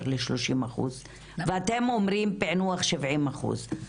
ל-30 אחוז ואתם אומרים פענוח 70 אחוז.